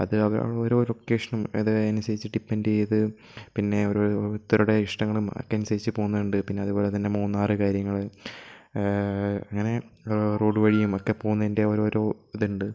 അത് അവർ ഓരോ ലൊക്കേഷനും അത് അനുസരിച്ച് ഡിപ്പെൻഡ് ചെയ്ത് പിന്നെ ഒരു ഓരോരുത്തരുടെ ഇഷ്ടങ്ങളും അതൊക്കെ അനുസരിച്ച് പോകുന്നുണ്ട് പിന്നെ അതുപോലെത്തന്നെ മൂന്നാർ കാര്യങ്ങൾ അങ്ങനെ റോഡ് വഴിയും ഒക്കെ പോന്നേൻ്റെ ഓരോരോ ഇതുണ്ട്